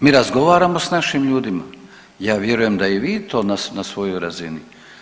Mi razgovaramo s našim ljudima, ja vjerujem da i vi to na svojoj razini.